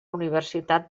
universitat